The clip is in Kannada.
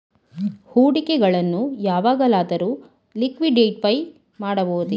ಹೂಡಿಕೆಗಳನ್ನು ಯಾವಾಗಲಾದರೂ ಲಿಕ್ವಿಡಿಫೈ ಮಾಡಬಹುದೇ?